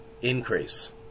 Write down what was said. increase